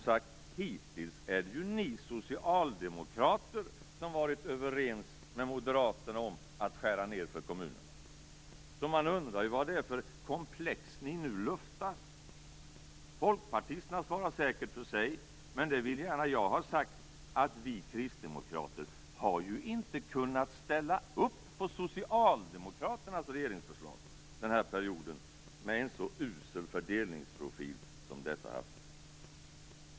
Ja, hittills är det ju som sagt ni socialdemokrater som varit överens med Moderaterna om att skära ned för kommunerna, så man undrar ju vad det är för komplex ni nu luftar. Folkpartisterna svarar säkert för sig, men det vill jag gärna ha sagt: Vi kristdemokrater har inte kunnat ställa upp på Socialdemokraternas regeringsförslag den här perioden, med en så usel fördelningsprofil som dessa haft.